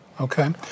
Okay